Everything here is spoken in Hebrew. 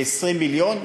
ב-20 מיליון,